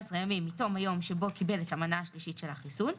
ימים מתום היום שבו קיבל את המנה השלישית של החיסון,